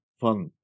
fun